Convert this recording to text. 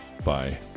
Bye